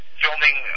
filming